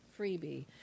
freebie